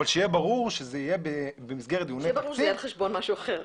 אבל שיהיה ברור שזה במסגרת --- שזה יהיה ברור שזה על חשבון משהו אחר?